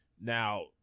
Now